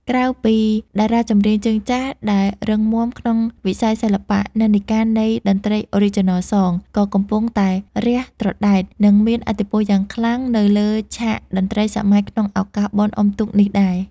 ក្រៅពីតារាចម្រៀងជើងចាស់ដែលរឹងមាំក្នុងវិស័យសិល្បៈ និន្នាការនៃតន្ត្រី Original Song ក៏កំពុងតែរះត្រដែត និងមានឥទ្ធិពលយ៉ាងខ្លាំងនៅលើឆាកតន្ត្រីសម័យក្នុងឱកាសបុណ្យអុំទូកនេះដែរ។